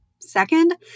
Second